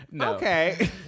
Okay